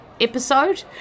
episode